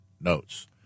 notes